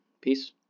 Peace